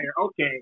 Okay